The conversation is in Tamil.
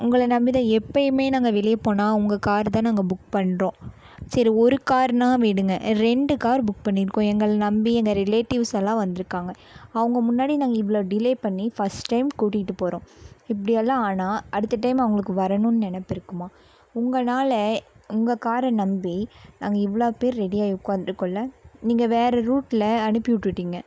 உங்களை நம்பி தான் எப்போயுமே நாங்கள் வெளியே போனால் உங்கள் கார் தான் நாங்கள் புக் பண்ணுறோம் சரி ஒரு கார்னா விடுங்க ரெண்டு கார் புக் பண்ணிருக்கோம் எங்களை நம்பி எங்கள் ரிலேட்டிவ்ஸெல்லாம் வந்திருக்காங்க அவங்க முன்னாடி நாங்கள் இவ்வளோ டிலே பண்ணி ஃபர்ஸ்ட் டைம் கூட்டிகிட்டு போறோம் இப்படி எல்லாம் ஆனால் அடுத்த டைம் அவங்களுக்கு வரணும்னு நினைப்பு இருக்குமா உங்களால உங்கள் காரை நம்பி நாங்கள் இவ்வளோ பேர் ரெடியாகி உட்கார்ந்துருக்கோம்ல நீங்கள் வேறு ரூட்டில் அனுப்பி விட்டுட்டீங்க